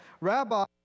Rabbi